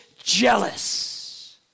Jealous